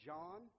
John